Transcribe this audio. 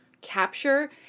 capture